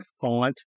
font